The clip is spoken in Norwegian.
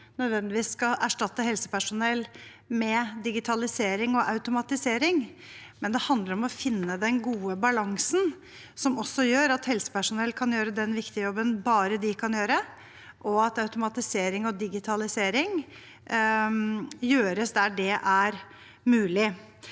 nødvendigvis skal erstatte helsepersonell med digitalisering og automatisering, men det handler om å finne den gode balansen som gjør at helsepersonell kan gjøre den viktige jobben bare de kan gjøre, og at automatisering og digitalisering gjøres der det er mulig.